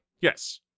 Yes